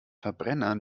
verbrenner